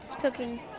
Cooking